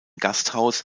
gasthaus